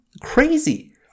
crazy